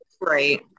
Right